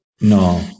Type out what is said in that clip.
No